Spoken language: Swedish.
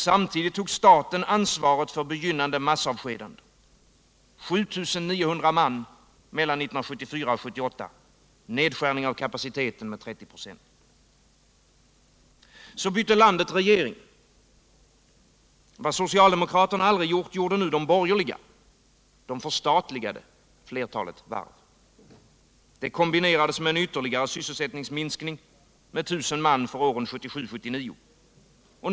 Samtidigt tog staten ansvaret för begynnande massavskedanden: 7 900 man mellan 1974 och 1978, nedskärning av kapaciteten med 30 96. Så bytte landet regering. Vad socialdemokraterna aldrig gjort, gjorde nu de borgerliga — de förstatligade flertalet varv. Det kombinerades med en ytterligare sysselsättningsminskning med 1 000 man för åren 1977-1979.